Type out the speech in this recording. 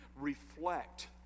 reflect